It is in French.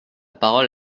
parole